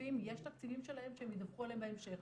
הנוספים יש תקציבים שלהם שהם ידווחו עליהם בהמשך